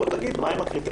בוא תגיד מה הם הקריטריונים,